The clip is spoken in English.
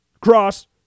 Cross